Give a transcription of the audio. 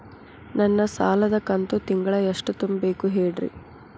ನನ್ನ ಸಾಲದ ಕಂತು ತಿಂಗಳ ಎಷ್ಟ ತುಂಬಬೇಕು ಹೇಳ್ರಿ?